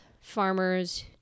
farmers